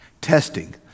Testing